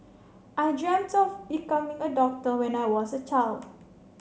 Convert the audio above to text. I dreamt of becoming a doctor when I was a child